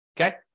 Okay